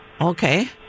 Okay